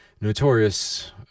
notorious